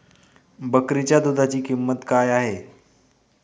बकरीच्या दूधाची किंमत काय आहे?